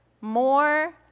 more